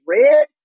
red